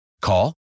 Call